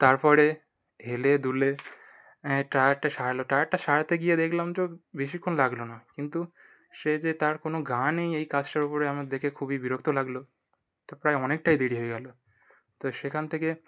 তারপরে হেলে দুলে টায়ারটা সারালো টায়ারটা সারাতে গিয়ে দেকলাম তো বেশিক্ষণ লাগলো না কিন্তু সে যে তার কোনো গা নেই এই কাজটার উপরে আমার দেখে খুবই বিরক্ত লাগল তো প্রায় অনেকটাই দেরি হয়ে গেল তো সেখান থেকে